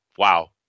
Wow